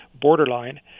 borderline